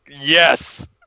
yes